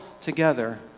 together